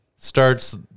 starts